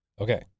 Okay